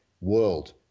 world